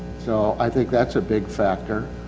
so i think that's a big factor.